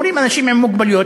אומרים "אנשים עם מוגבלויות",